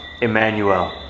Emmanuel